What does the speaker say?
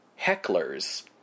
hecklers